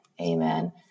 Amen